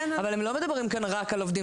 אבל הם לא מדברים כאן רק על עובדים